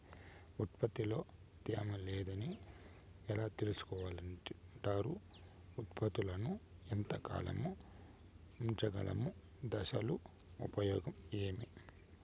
ఉత్పత్తి లో తేమ లేదని ఎలా తెలుసుకొంటారు ఉత్పత్తులను ఎంత కాలము ఉంచగలము దశలు ఉపయోగం ఏమి?